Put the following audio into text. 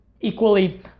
equally